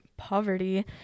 poverty